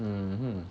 mmhmm